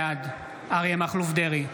בעד אריה מכלוף דרעי,